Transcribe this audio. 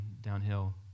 downhill